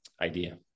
idea